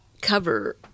cover